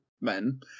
men